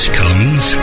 comes